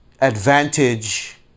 advantage